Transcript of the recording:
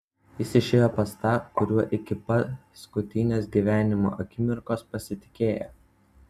jis išėjo pas tą kuriuo iki paskutinės gyvenimo akimirkos pasitikėjo